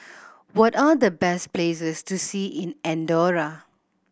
what are the best places to see in Andorra